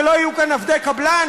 שלא יהיו כאן עובדי קבלן?